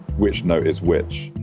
which note is which.